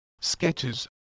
sketches